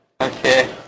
Okay